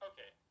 Okay